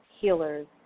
healers